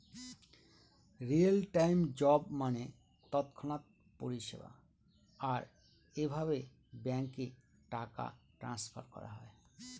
real time job মানে তৎক্ষণাৎ পরিষেবা, আর এভাবে ব্যাঙ্কে টাকা ট্রান্সফার করা হয়